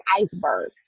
iceberg